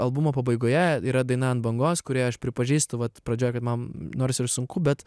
albumo pabaigoje yra daina ant bangos kurioje aš pripažįstu vat pradžioj kad man nors ir sunku bet